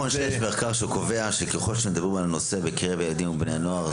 יש מחקר שקובע שככל שמדברים על הנושא בקרב הילדים ובני הנוער,